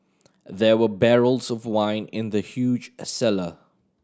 there were barrels of wine in the huge cellar